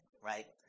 right